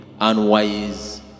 unwise